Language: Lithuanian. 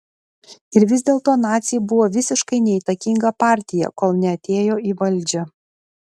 ir vis dėlto naciai buvo visiškai neįtakinga partija kol neatėjo į valdžią